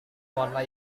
warna